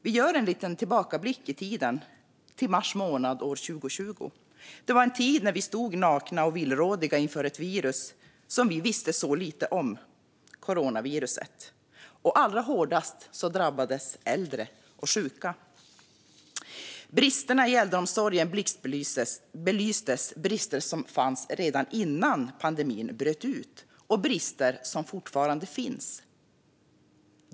Vi gör en liten tillbakablick i tiden till mars månad år 2020. Det var en tid då vi stod nakna och villrådiga inför ett virus som vi visste så lite om, coronaviruset, och allra hårdast drabbades äldre och sjuka. Bristerna i äldreomsorgen blixtbelystes - brister som fanns redan innan pandemin bröt ut och brister som fortfarande finns.